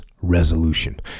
resolution